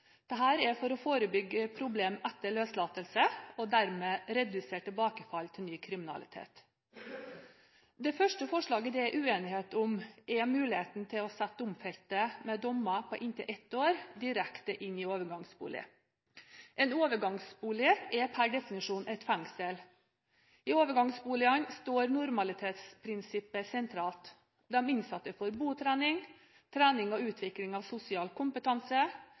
er for å forebygge problemer etter løslatelse og dermed redusere tilbakefall til ny kriminalitet. Det første forslaget det er uenighet om, er muligheten til å sette domfelte med dommer på inntil ett år direkte inn i overgangsbolig. En overgangsbolig er per definisjon et fengsel. I overgangsboligene står normalitetsprinsippet sentralt. De innsatte får botrening, trening og utviklingen av sosial kompetanse,